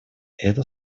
это